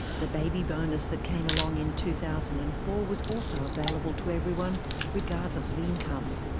the baby bonus that came along in two thousand and four was also available to everyone regardless of income.